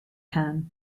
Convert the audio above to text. can